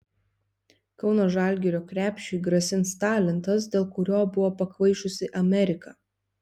kauno žalgirio krepšiui grasins talentas dėl kurio buvo pakvaišusi amerika